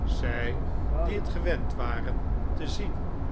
zij die het gewend waren te zien